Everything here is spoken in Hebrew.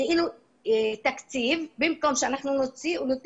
אחרת רוב התקציב שלנו מוחזר וניתן